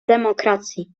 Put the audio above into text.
demokracji